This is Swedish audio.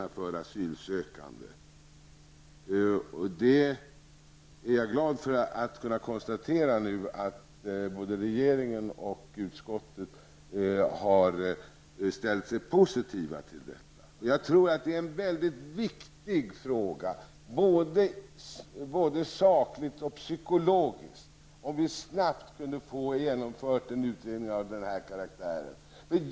Jag är glad att nu kunna konstatera att både regeringen och utskottet har ställt sig positiva till detta. Det är mycket viktigt, både sakligt och psykologiskt, om en utredning av denna karaktär snabbt kunde genomföras.